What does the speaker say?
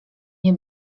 nie